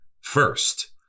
first